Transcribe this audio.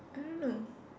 I don't know